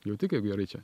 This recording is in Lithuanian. jauti kaip gerai čia